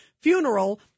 funeral